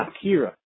Akira